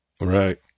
Right